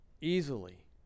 easily